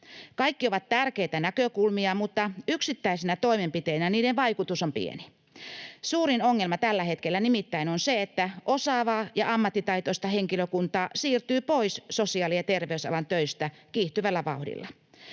Kaikki ovat tärkeitä näkökulmia, mutta yksittäisinä toimenpiteinä niiden vaikutus on pieni. Suurin ongelma tällä hetkellä nimittäin on se, että osaavaa ja ammattitaitoista henkilökuntaa siirtyy pois sosiaali‑ ja terveysalan töistä kiihtyvällä vauhdilla.